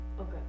Okay